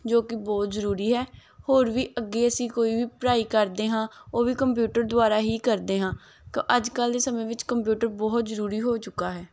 ਜੋ ਕਿ ਬਹੁਤ ਜ਼ਰੂਰੀ ਹੈ ਹੋਰ ਵੀ ਅੱਗੇ ਅਸੀਂ ਕੋਈ ਵੀ ਪੜ੍ਹਾਈ ਕਰਦੇ ਹਾਂ ਉਹ ਵੀ ਕੰਪਿਊਟਰ ਦੁਆਰਾ ਹੀ ਕਰਦੇ ਹਾਂ ਕ ਅੱਜ ਕੱਲ੍ਹ ਦੇ ਸਮੇਂ ਵਿੱਚ ਕੰਪਿਊਟਰ ਬਹੁਤ ਜ਼ਰੂਰੀ ਹੋ ਚੁੱਕਾ ਹੈ